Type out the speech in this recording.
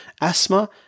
asthma